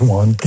one